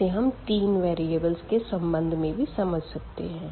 इसे हम तीन वेरीअबल के सम्बन्ध में भी समझ सकते है